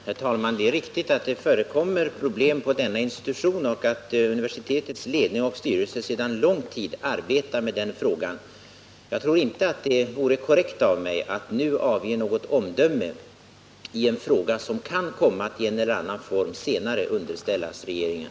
Herr talman! Det är riktigt att det förekommer problem på denna institution och att universitetets ledning och styrelse sedan lång tid arbetar med den frågan. Jag tror inte att det vore korrekt av mig att nu avge något omdöme i en fråga som kan komma att i en eller annan form senare underställas regeringen.